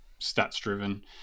stats-driven